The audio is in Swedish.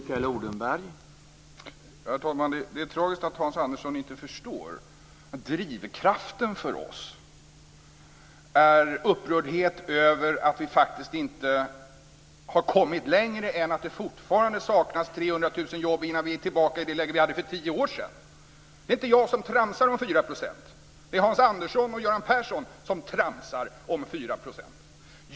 Herr talman! Det är tragiskt att Hans Andersson inte förstår att drivkraften för oss är upprördhet över att vi faktiskt inte har kommit längre än att det fortfarande saknas 300 000 jobb innan vi är tillbaka i det läge vi hade för tio år sedan. Det är inte jag som tramsar om 4 %. Det är Hans Andersson och Göran Persson som tramsar om 4 %!